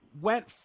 went